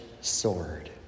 sword